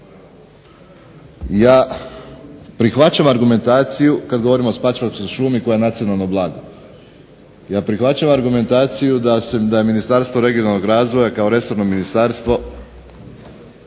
ja prihvaćam argumentaciju kada govorimo o … šumi koja je nacionalno blago, ja prihvaćam argumentaciju da je Ministarstvo regionalnog razvoja kao resorno ministarstvo